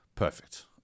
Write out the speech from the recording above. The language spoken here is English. Perfect